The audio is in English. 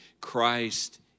Christ